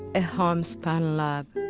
a homespun love